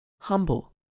humble